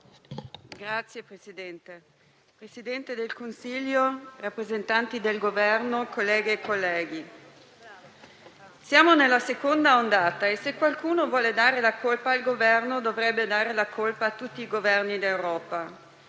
Signor Presidente, signor Presidente del Consiglio, rappresentanti del Governo, colleghe e colleghi, siamo nella seconda ondata e, se qualcuno vuole dare la colpa al Governo, dovrebbe dare la colpa a tutti i Governi d'Europa: